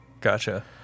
Gotcha